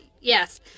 yes